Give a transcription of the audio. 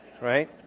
right